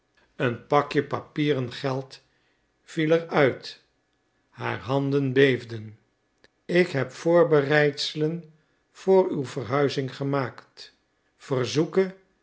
een pakje papieren geld viel er uit haar handen beefden ik heb voorbereidselen voor uw verhuizing gemaakt verzoeke